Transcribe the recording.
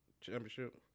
championship